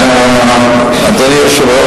אדוני היושב-ראש,